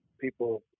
people